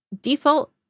default